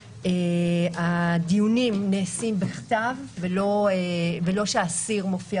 הדיונים נעשים בכתב ולא שהאסיר מופיע